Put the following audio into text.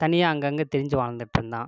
தனியாக அங்கே அங்கே திரிஞ்சு வாழ்ந்துகிட்ருந்தான்